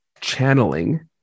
channeling